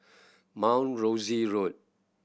Mount Rosie Road